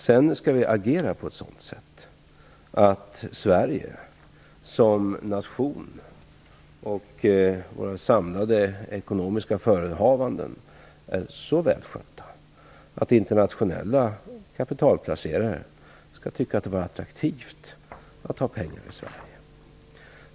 Vi skall agera på ett sådant sätt att Sverige som nation och våra samlade ekonomiska förehavanden är så välskötta att internationella kapitalplacerare skall tycka att det är attraktivt att ha pengar i Sverige.